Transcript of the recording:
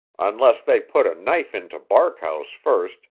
unless they put a knife into barkhouse, first,